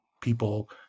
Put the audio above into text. people—